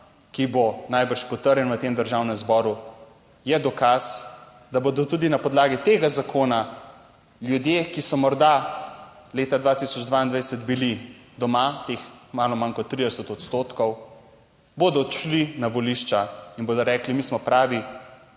ki bo najbrž potrjen v Državnem zboru, je dokaz, da bodo tudi na podlagi tega zakona ljudje, ki so morda leta 2022 bili doma, teh malo manj kot 30 odstotkov, odšli na volišča in bodo rekli, mi smo pravi